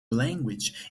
language